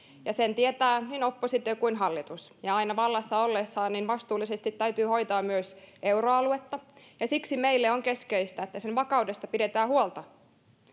ja sen tietää niin oppositio kuin hallitus ja aina vallassa ollessa vastuullisesti täytyy hoitaa myös euroaluetta siksi meille on keskeistä että sen vakaudesta pidetään huolta